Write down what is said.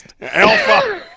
alpha